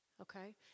Okay